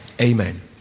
amen